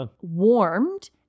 warmed